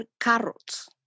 carrots